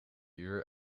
uur